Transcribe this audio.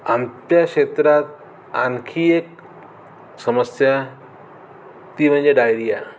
आमच्या क्षेत्रात आणखी एक समस्या ती म्हणजे डायरिया